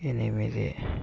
ఎనిమిది